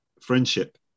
friendship